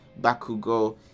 Bakugo